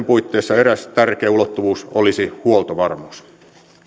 puitteissa eräs tärkeä ulottuvuus olisi huoltovarmuus